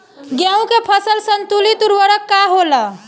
गेहूं के फसल संतुलित उर्वरक का होला?